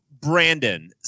Brandon